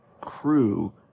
crew